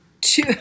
two